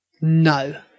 No